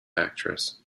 actress